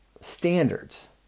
standards